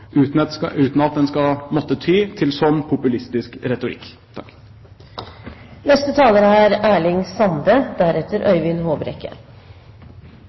uten at en skal måtte ty til slik populistisk retorikk.